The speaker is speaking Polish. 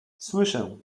słyszę